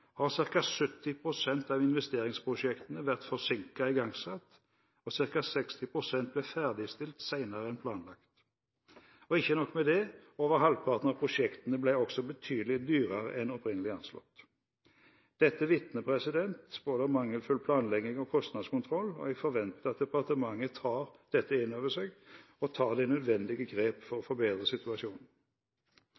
har vært som forutsatt, har ca. 70 pst. av investeringsprosjektene vært forsinket igangsatt, og ca. 60 pst. ble ferdigstilt senere enn planlagt. Ikke nok med det – over halvparten av prosjektene ble også betydelig dyrere enn opprinnelig anslått. Dette vitner om både mangelfull planlegging og kostnadskontroll, og jeg forventer at departementet tar dette inn over seg og tar de nødvendige grep for å